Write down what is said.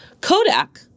Kodak